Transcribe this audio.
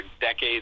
decades